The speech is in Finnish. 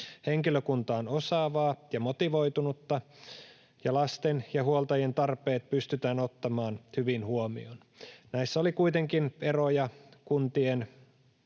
henkilökunta on osaavaa ja motivoitunutta ja lasten ja huoltajien tarpeet pystytään ottamaan hyvin huomioon. Näissä oli kuitenkin eroja kuntien